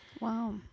Wow